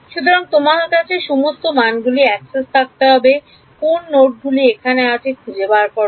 সুতরাং তোমার কাছে সমস্ত মান গুলির অ্যাক্সেস থাকতে হবে কোন নোড গুলি এখানে আছে খুঁজে বার করো